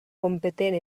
competent